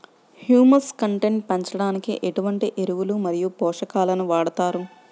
Humus content పెంచడానికి ఎటువంటి ఎరువులు మరియు పోషకాలను వాడతారు?